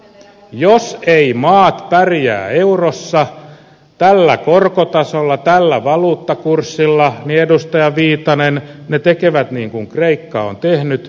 jos eivät maat pärjää eurossa tällä korkotasolla tällä valuuttakurssilla niin edustaja viitanen ne tekevät niin kuin kreikka on tehnyt